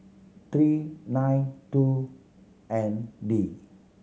three nine two N D